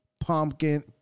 Pumpkin